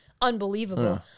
unbelievable